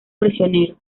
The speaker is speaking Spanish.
prisioneros